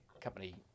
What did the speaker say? company